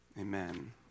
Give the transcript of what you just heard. amen